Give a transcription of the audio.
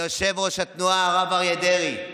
ליושב-ראש התנועה הרב אריה דרעי,